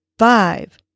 Five